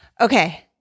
Okay